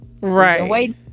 right